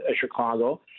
Chicago